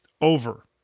over